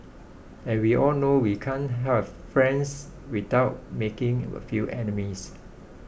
and we all know we can't have friends without making a few enemies